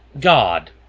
God